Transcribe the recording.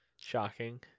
shocking